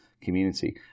community